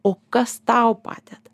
o kas tau padeda